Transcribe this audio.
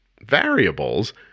variables